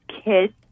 kids